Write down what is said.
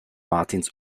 martins